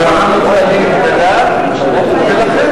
ולכן,